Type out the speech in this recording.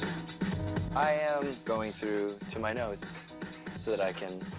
i am going through to my notes, so that i can